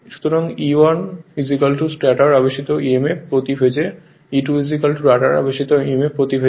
সুতরাং E1 stator আবেশিত emf প্রতি ফেজ E2 রটার আবেশিত emf প্রতি ফেজ